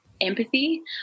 empathy